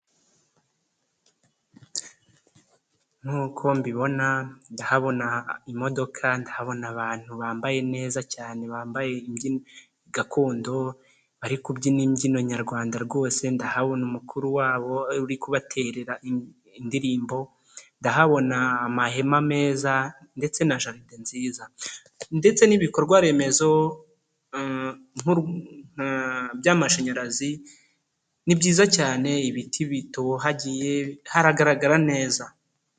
Nkuko mbibona, ndahabona imodoka, ndahabona abantu bambaye neza cyane, bambaye imyenda gakondo, bari kubyina imbyino nyarwanda, rwose ndahabona umukuru wabo uri kubaterera indirimbo, ndahabona amahema meza, ndetse na jaride nziza. Ndetse n'ibikorwa remezo by'amashanyarazi, ni byiza cyane ibiti bitohagiye, haragaragara neza.